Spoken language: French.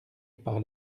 par